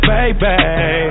Baby